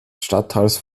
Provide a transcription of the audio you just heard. stadtteils